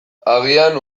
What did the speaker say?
agian